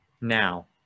now